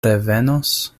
revenos